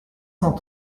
cent